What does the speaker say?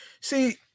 see